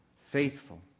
faithful